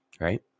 right